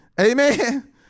Amen